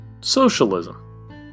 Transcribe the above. Socialism